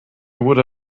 would